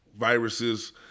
viruses